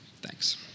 thanks